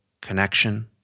connection